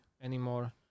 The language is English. anymore